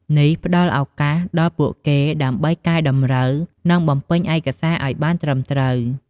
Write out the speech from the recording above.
នេះផ្ដល់ឱកាសដល់ពួកគេដើម្បីកែតម្រូវ និងបំពេញឯកសារឱ្យបានត្រឹមត្រូវ។